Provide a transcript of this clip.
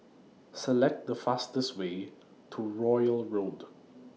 Select The fastest Way to Royal Road